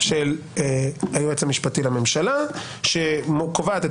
של היועץ המשפטי לממשלה שקובעת את